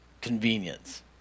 convenience